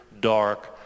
dark